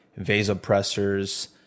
vasopressors